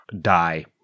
die